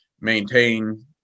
maintain